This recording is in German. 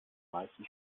meisten